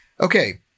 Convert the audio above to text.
Okay